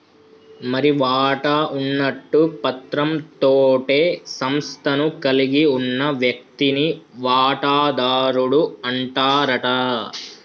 మరి వాటా ఉన్నట్టు పత్రం తోటే సంస్థను కలిగి ఉన్న వ్యక్తిని వాటాదారుడు అంటారట